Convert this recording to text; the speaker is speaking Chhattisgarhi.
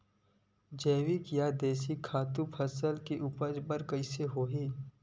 जैविक या देशी खातु फसल के उपज बर कइसे होहय?